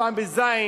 פעם בז',